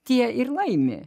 tiek ir laimi